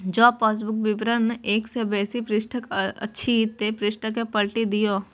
जौं पासबुक विवरण एक सं बेसी पृष्ठक अछि, ते पृष्ठ कें पलटि दियौ